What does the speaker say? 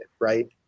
Right